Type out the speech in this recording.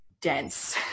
dense